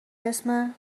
اسم